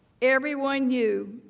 everyone knew,